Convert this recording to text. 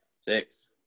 Six